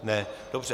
Ne, dobře.